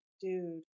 Dude